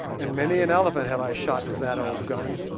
and many an elephant have i shot with that old gun.